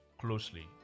closely